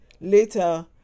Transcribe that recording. Later